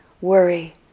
worry